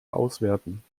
auswerten